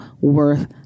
worth